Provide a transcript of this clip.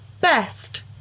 best